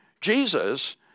Jesus